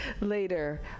later